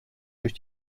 durch